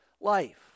life